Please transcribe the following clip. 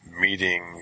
meeting